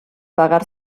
pagar